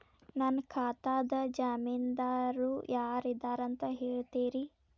ನನ್ನ ಖಾತಾದ್ದ ಜಾಮೇನದಾರು ಯಾರ ಇದಾರಂತ್ ಹೇಳ್ತೇರಿ?